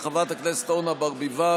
של חברת הכנסת אורנה ברביבאי,